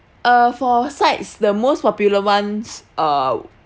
uh for sides the most popular ones uh